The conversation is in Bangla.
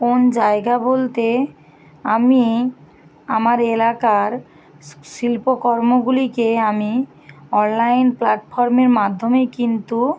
কোন জায়গা বলতে আমি আমার এলাকার শিল্পকর্মগুলিকে আমি অনলাইন প্ল্যাটফর্মের মাধ্যমে কিন্তু